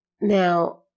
Now